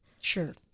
sure